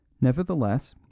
Nevertheless